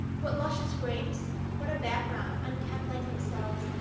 what luscious grapes what a back-ground, unkempt like themselves,